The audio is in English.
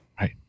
Right